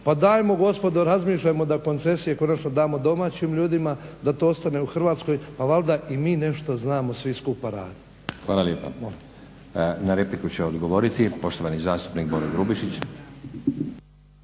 pa dajmo gospodo razmišljajmo da koncesije konačno damo domaćim ljudima, da to ostane u Hrvatskoj. Pa valjda i mi nešto znamo svi skupa raditi. Hvala. **Stazić, Nenad (SDP)** Hvala lijepa. Na repliku će odgovoriti poštovani zastupnik Boro Grubišić.